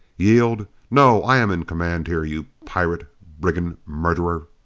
yield? no! i am in command here, you pirate! brigand murderer!